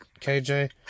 KJ